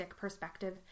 perspective